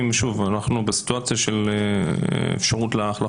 עומדים, האם יש נכונות לעגן עם